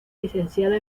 licenciada